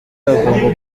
agomba